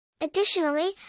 Additionally